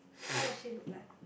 how does she look like